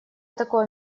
такое